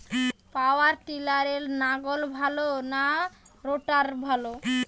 পাওয়ার টিলারে লাঙ্গল ভালো না রোটারের?